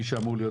מי שאמור להיות